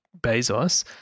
Bezos